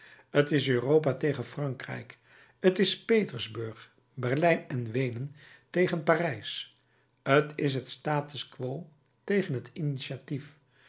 t is europa tegen frankrijk t is petersburg berlijn en weenen tegen parijs t is het status quo tegen het initiatief